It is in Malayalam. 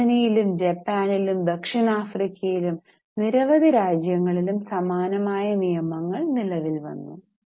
ജർമ്മനിയിലും ജപ്പാനിലും ദക്ഷിണാഫ്രിക്കയിലും നിരവധി രാജ്യങ്ങളിലും സമാനമായ നിയമങ്ങൾ നിലവിൽ വന്നു